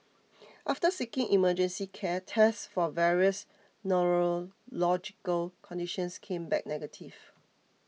after seeking emergency care tests for various neurological conditions came back negative